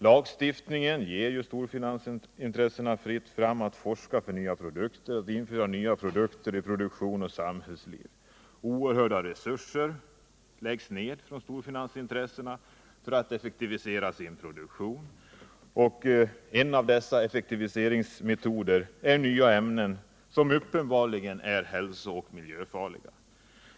Lagstiftningen ger nu storfinansintressena ”fritt fram” att forska för nya produkter och att införa nya produkter i produktion och samhällsliv. Oerhörda resurser läggs ned av storfinansintressena för att effektivisera deras produktion. En av dessa effektivitetsmetoder är att skapa nya ämnen, som uppenbarligen är hälsooch miljöfarliga.